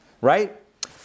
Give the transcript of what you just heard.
right